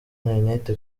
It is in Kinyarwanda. internet